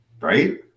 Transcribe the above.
right